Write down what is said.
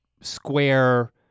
square